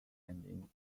and